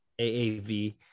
aav